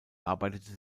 arbeitete